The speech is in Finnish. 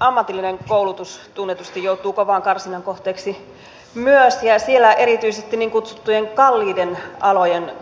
ammatillinen koulutus tunnetusti joutuu kovan karsinnan kohteeksi myös ja siellä erityisesti niin kutsuttujen kalliiden alojen